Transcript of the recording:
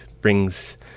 brings